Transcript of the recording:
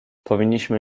powinniśmy